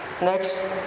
next